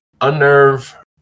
Unnerve